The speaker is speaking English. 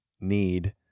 need